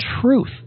truth